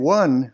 one